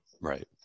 Right